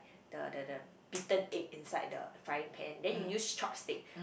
the the the beaten egg inside the frying pan then you use chopstick